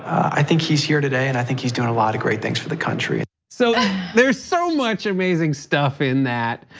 i think he's here today and i think he's doing a lot of great things for the country. so there's so much amazing stuff in that,